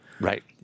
Right